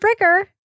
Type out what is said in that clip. Bricker